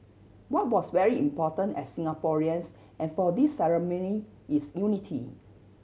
what was very important as Singaporeans and for this ceremony is unity